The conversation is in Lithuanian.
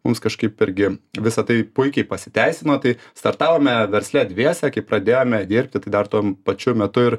mums kažkaip irgi visa tai puikiai pasiteisino tai startavome versle dviese kai pradėjome dirbti tai dar tuom pačiu metu ir